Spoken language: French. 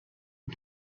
est